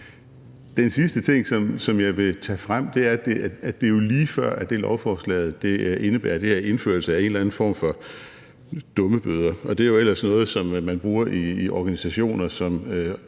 Den sidste ting, som jeg vil tage frem, er, at det jo er lige før, at lovforslaget indebærer indførelse af en eller anden form for dummebøder, og det er jo ellers noget, som man bruger i organisationer, som